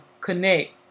connect